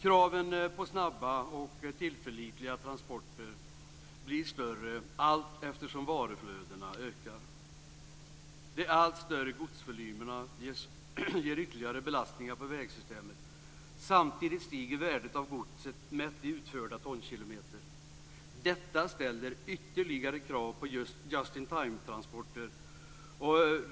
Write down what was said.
Kraven på snabba och tillförlitliga transporter blir större allteftersom varuflödena ökar. De allt större godsvolymerna ger ytterligare belastningar på vägsystemet. Samtidigt stiger värdet av godset mätt i utförda tonkilometer. Detta ställer ytterligare krav på just in time-transporter.